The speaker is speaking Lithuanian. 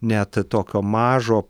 net tokio mažo